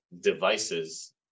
devices